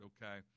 Okay